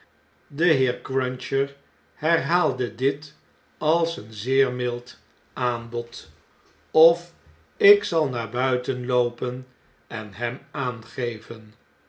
de heer cruncher herhaalde dit als een zeer mild aanbod of ik zal naar buiten loopen en hem aangeven